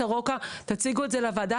תציגו את זה לוועדה,